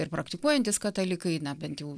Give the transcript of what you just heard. ir praktikuojantys katalikai na bent jau